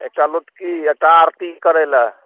एकटा लोटकी एकटा आरती करैलए